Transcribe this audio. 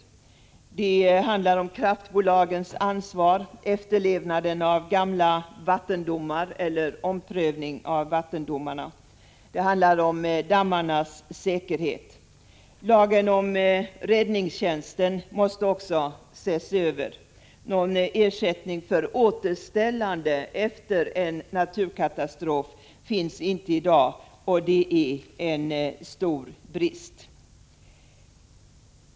Vidare måste utredningen se över frågor som rör kraftbolagens ansvar. Det gäller att kontrollera efterlevnaden av gamla vattendomar eller att ompröva dessa. Det handlar om dammarnas säkerhet. Lagen om räddningstjänsten måste också ses över. Någon ersättning för återställande efter en naturkatastrof finns inte i dag, och det är en stor brist.